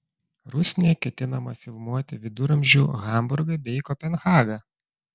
rusnėje ketinama filmuoti viduramžių hamburgą bei kopenhagą